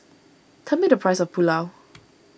tell me the price of Pulao